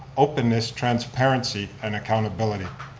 openness, transparency and accountability.